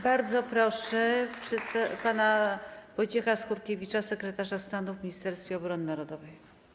Bardzo proszę pana Wojciecha Skurkiewicza, sekretarza stanu w Ministerstwie Obrony Narodowej.